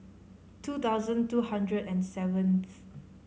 two thousand two hundred and seventh